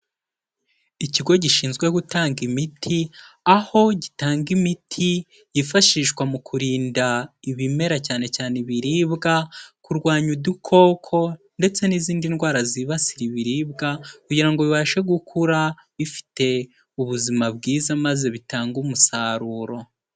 Ikigo gishinzwe gutanga imiti, aho gitanga imiti yifashishwa mu kurinda ibimera cyane cyane ibiribwa, kurwanya udukoko ndetse n'izindi ndwara zibasira ibiribwa kugira ngo bibashe gukura bifite ubuzima bwiza maze bitange umusaruro.